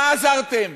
מה עזרתם?